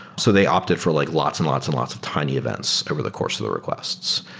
so they opted for like lots and lots and lots of tiny events over the course of the requests.